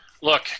Look